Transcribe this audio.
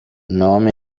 نام